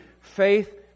faith